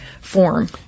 form